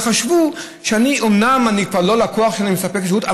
חשבו שאומנם אני כבר לא לקוח שמקבל שירות,